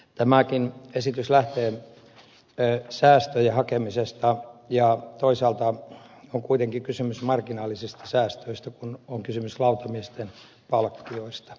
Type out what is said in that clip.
tämäkin esitys lähtee säästöjen hakemisesta ja toisaalta on kuitenkin kysymys marginaalisista säästöistä kun on kysymys lautamiesten palkkioista